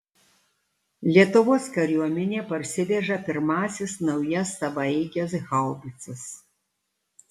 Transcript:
lietuvos kariuomenė parsiveža pirmąsias naujas savaeiges haubicas